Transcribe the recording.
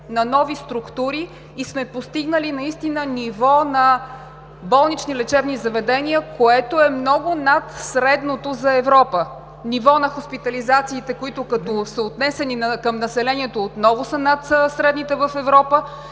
на нови структури и сме постигнали наистина ниво на болнични лечебни заведения, което е много над средното за Европа – ниво на хоспитализациите, които, като съотнесени към населението, отново са над средните в Европа;